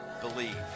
believe